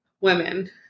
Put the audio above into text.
women